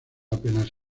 apenas